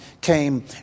came